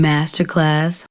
Masterclass